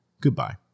Goodbye